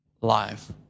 life